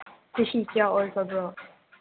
ꯆꯍꯤ ꯀꯌꯥ ꯑꯣꯏꯈ꯭ꯔꯕꯣ